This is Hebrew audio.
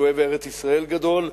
שהוא אוהב ארץ-ישראל גדול,